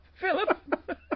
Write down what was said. Philip